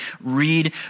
read